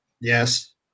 Yes